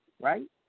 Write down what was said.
right